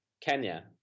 Kenya